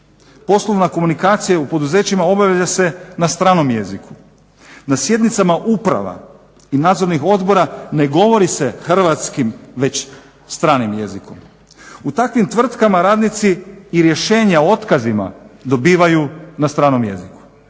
Poslovna komunikacija u poduzećima obavlja se na stranom jeziku. Na sjednicama uprava i nadzornih odbora ne govori se hrvatskim već stranim jezikom. U takvim tvrtkama radnici i rješenje o otkazima dobivaju na stranom jeziku.